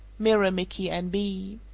miramichi, n b.